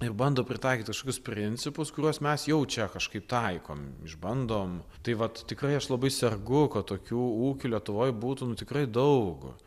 ir bando pritaikyti kažkokius principus kuriuos mes jau čia kažkaip taikom išbandom tai vat tikrai aš labai sergu kad tokių ūkių lietuvoj būtų nu tikrai daug